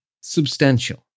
substantial